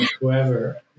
whoever